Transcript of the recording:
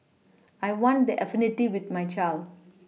I want that affinity with my child